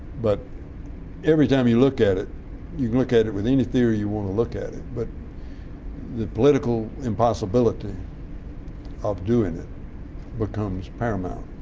but every time you look at it you can look at it with any theory you want to look at it but the political impossibility of doing it becomes paramount.